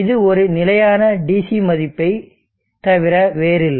இது ஒரு நிலையான DC மதிப்பைத் தவிர வேறில்லை